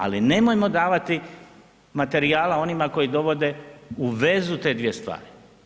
Ali nemojmo davati materijala onima koji dovode u vezu te dvije stvari.